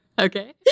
Okay